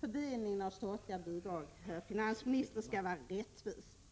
Fördelningen av statliga pengar skall vara rättvis.